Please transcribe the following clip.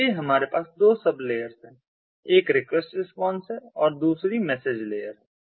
इसलिए हमारे पास दो सब लेयर्स हैं एक रिक्वेस्ट रिस्पांस है और दूसरी मैसेज लेयर है